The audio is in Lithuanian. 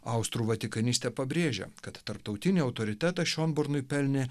austrų vatikanistė pabrėžia kad tarptautinį autoritetą šionbornui pelnė